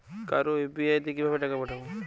কারো ইউ.পি.আই তে কিভাবে টাকা পাঠাবো?